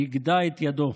נגדע את ידו.